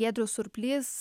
giedrius surplys